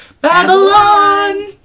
Babylon